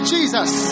Jesus